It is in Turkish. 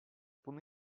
bunu